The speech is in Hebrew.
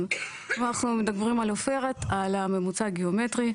אם אנחנו מדברים על עופרת על הממוצע הגיאומטרי,